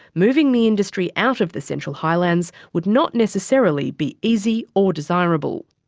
moving the industry out of the central highlands would not necessarily be easy or desirable.